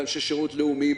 באנשי שירות לאומי,